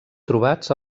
trobats